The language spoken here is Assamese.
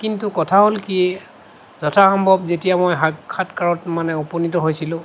কিন্তু কথা হ'ল কি যথাসম্ভৱ যেতিয়া মই সাক্ষাৎকাৰত মানে উপনীত হৈছিলোঁ